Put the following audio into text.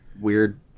weird